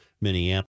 Minneapolis